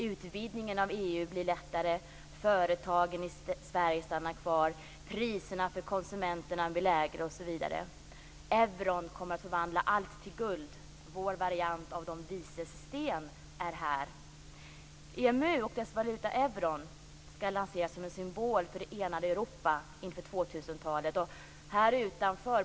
Utvidgningen av EU underlättas, företagen stannar kvar i Sverige, konsumentpriserna blir lägre osv. Euron kommer att förvandla allt till guld. Vår variant av de vises sten är här. EMU och dess valuta euron skall lanseras som en symbol för det enade Europa inför 2000-talet.